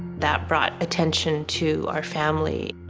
that brought attention to our family.